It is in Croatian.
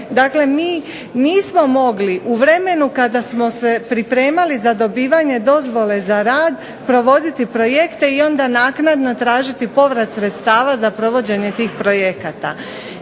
dakle mi nismo mogli u vremenu kada smo se pripremali za dobivanje dozvole za rad provoditi projekte i onda naknadno tražiti povrat sredstava za provođenje tih projekata.